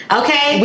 okay